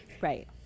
right